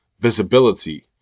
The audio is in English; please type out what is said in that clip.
visibility